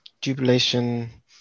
jubilation